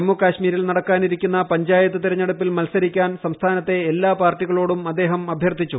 ജമ്മുകാശ്മീരിൽ നടക്കാനിരിക്കുന്ന പഞ്ചായത്ത് തെരഞ്ഞെടുപ്പിൽ മത്സരിക്കാൻ സംസ്ഥാനത്തെ എല്ലാ പാർട്ടികളോടും അദ്ദേഹം അഭ്യർത്ഥിച്ചു